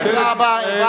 ממשלת ישראל, תודה רבה.